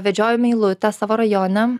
vedžioju meilutę savo rajone